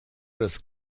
das